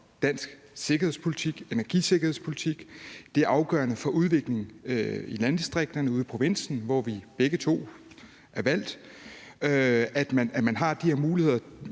dansk sikkerhedspolitik, energisikkerhedspolitik, og det er afgørende for udviklingen i landdistrikterne ude i provinsen, hvor vi begge to er valgt, at man har de her muligheder.